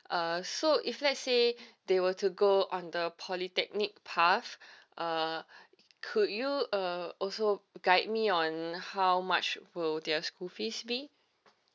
uh so if let's say they were to go on the polytechnic path uh could you uh also guide me on how much will their school fish be